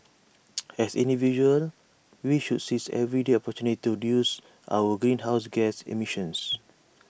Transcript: as individuals we should seize everyday opportunities to reduce our greenhouse gas emissions